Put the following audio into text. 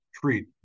treat